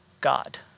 God